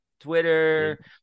twitter